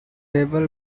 notable